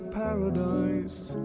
paradise